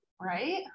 right